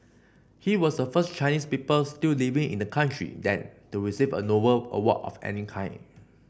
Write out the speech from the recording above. he was the first Chinese people still living in the country then to receive a Nobel award of any kind